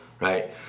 right